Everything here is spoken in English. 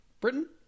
Britain